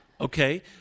Okay